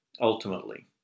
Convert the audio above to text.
ultimately